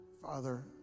Father